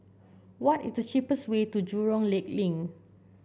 what is the cheapest way to Jurong Lake Link